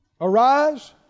Arise